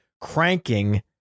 cranking